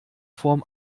form